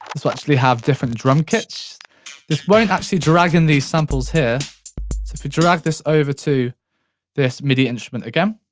so actually have different drum kits. this won't actually drag in these samples here. so if you drag this over to this midi instrument again.